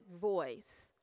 voice